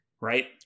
right